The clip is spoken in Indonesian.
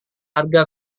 harga